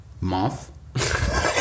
month